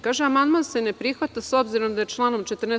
Kaže – amandman se ne prihvata, s obzirom da je članom 14.